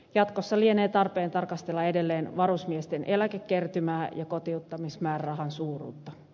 jatkossa lienee tarpeen tarkastella edelleen varusmiesten eläkekertymää ja kotiuttamismäärärahan suuruutta